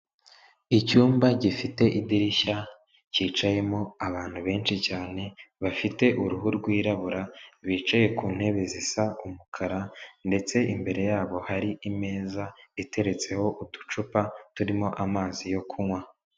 Icyumba gifite idirishya kicayemo abantu benshi cyane bafite uruhu rwirabura, bicaye ku ntebe zisa umukara ndetse imbere yabo hari imeza iteretseho uducupa turimo amazi yo kunywa.